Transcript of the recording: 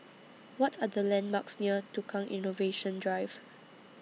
What Are The landmarks near Tukang Innovation Drive